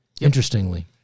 Interestingly